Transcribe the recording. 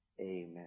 Amen